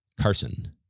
Carson